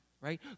right